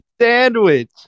Sandwich